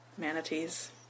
Manatees